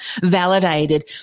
validated